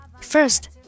First